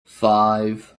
five